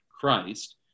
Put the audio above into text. Christ